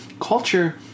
Culture